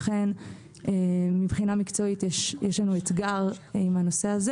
לכן מבחינה מקצועית יש לנו אתגר עם הנושא הזה